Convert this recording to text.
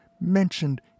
mentioned